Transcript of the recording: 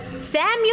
Samuel